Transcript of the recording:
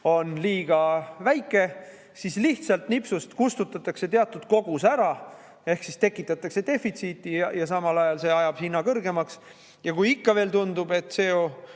on liiga väike, siis lihtsalt nipsust kustutatakse teatud kogus ära ehk tekitatakse defitsiiti ja samal ajal see ajab hinna kõrgemaks. Ja kui ikka veel tundub, et CO2‑ühiku